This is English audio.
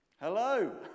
Hello